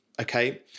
okay